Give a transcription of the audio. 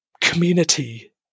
community